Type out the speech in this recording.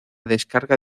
descarga